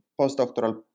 postdoctoral